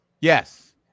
Yes